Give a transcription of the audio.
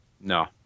No